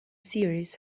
series